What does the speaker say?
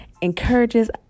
encourages